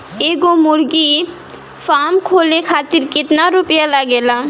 एगो मुर्गी फाम खोले खातिर केतना रुपया लागेला?